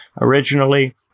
originally